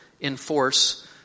enforce